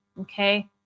okay